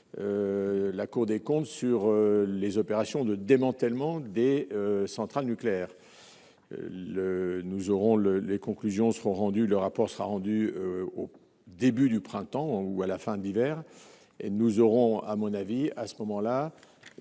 la Cour des comptes sur les opérations de démantèlement des centrales nucléaires, le nous aurons le les conclusions seront rendues le rapport sera rendu au début du printemps ou à la fin de l'hiver et nous aurons à mon avis, à ce moment-là,